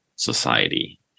Society